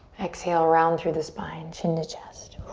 exhale, round through the spine, chin to chest.